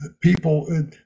people